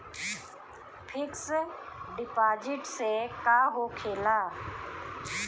Fix deposit से का होखे ला?